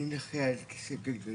אני נכה על כיסא גלגלים,